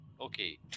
okay